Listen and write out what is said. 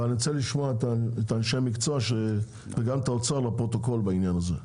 אבל אני רוצה לשמוע את אנשי המקצוע וגם את האוצר לפרוטוקול בעניין הזה.